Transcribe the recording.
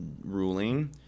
ruling